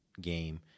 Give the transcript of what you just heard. game